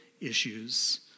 issues